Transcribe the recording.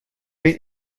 been